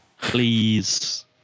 please